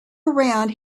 around